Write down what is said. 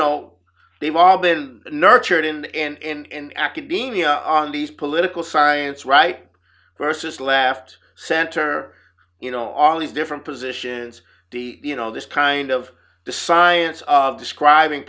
know they've all been nurtured and academia on these political science right versus left center you know all these different positions you know this kind of the science of describing